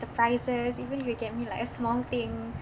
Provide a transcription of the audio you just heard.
surprises even if you get me like a small thing